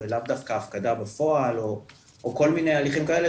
לאו דווקא הפקדה בפועל או כל מיני הליכים כאלה,